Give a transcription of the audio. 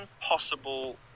possible